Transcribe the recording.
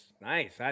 Nice